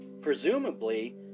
presumably